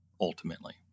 ultimately